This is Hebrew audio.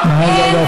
נא לא להפריע.